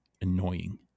annoying